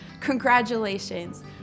congratulations